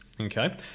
okay